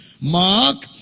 mark